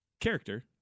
character